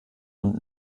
und